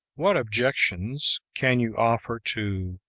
what objections can you offer to,